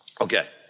Okay